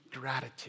gratitude